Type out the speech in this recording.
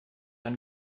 ein